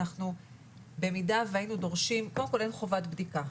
קודם כל אין חובת בדיקה,